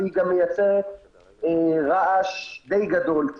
היא גם מייצרת רעש די גדול.